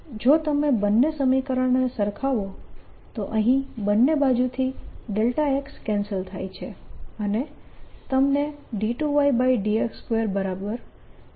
જો તમે બંને સમીકરણને સરખાવો તો અહીં બંને બાજુથી x કેન્સલ થાય છે અને તમને 2yx2T2yt2 મળશે